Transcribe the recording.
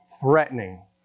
threatening